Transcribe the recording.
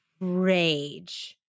rage